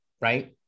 right